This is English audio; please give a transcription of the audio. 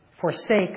forsake